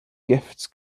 gifts